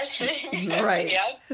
right